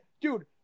Dude